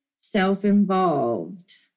self-involved